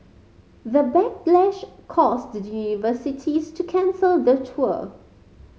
the backlash caused the universities to cancel the tour